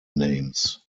names